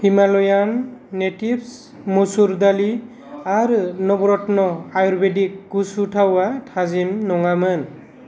Himalayan natives मसुर दालि आरो नवरत्न आयुरवेदिक गुसु थावा थाजिम नङामोन